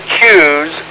choose